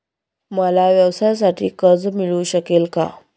मला व्यवसायासाठी कर्ज मिळू शकेल का?